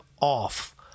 off